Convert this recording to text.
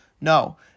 no